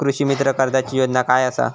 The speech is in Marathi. कृषीमित्र कर्जाची योजना काय असा?